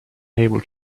able